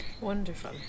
Wonderful